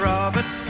Robert